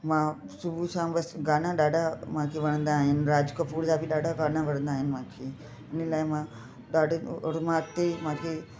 मां शुरू सां बसि गाना ॾाढा मूंखे वणंदा आहिनि राज कपूर जा बि ॾाढा गाना वणंदा आहिनि मूंखे इन लाइ मां ॾाढो ओड़ो मां अॻिते मूंखे